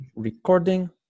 Recording